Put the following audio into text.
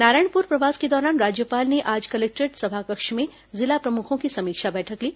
नारायणपुर प्रवास के दौरान राज्यपाल ने आज कलेक्टोरेट सभाकक्ष में जिला प्रमुखों की समीक्षा बैठक ली